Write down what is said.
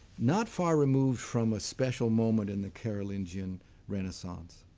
not far removed from a special moment in the carolingian renaissance.